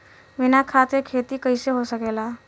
बिना खाद के खेती कइसे हो सकेला?